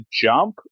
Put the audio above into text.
jump